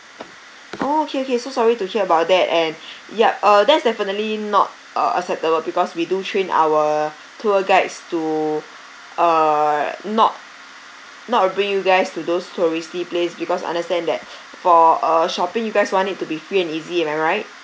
oh okay okay so sorry to hear about that and yup uh that's definitely not uh acceptable because we do train our tour guides to err not not bring you guys to those touristy place because understand that for uh shopping you guys want it to be free and easy am I right